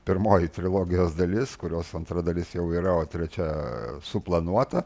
pirmoji trilogijos dalis kurios antra dalis jau yra o trečia suplanuota